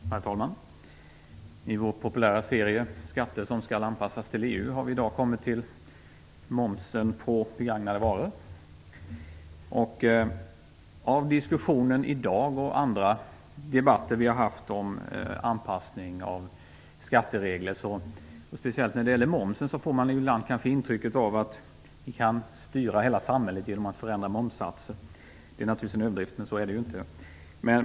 Herr talman! I vår populära serie "skatter som skall anpassas till EU" har vi i dag kommit till momsen på begagnade varor. Av diskussionen i dag och andra debatter vi har haft om anpassning av skatteregler, och speciellt när det gäller momsen, får man ibland intrycket av att vi kan styra hela samhället genom att förändra momssatsen. Det är naturligtvis en överdrift. Så är det ju inte.